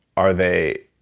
are they.